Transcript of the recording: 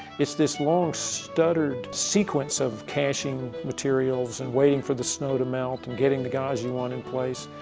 it's this long stuttered sequence of caching materials and waiting for the snow to melt and getting the guides he wanted in place.